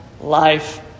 life